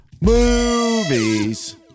movies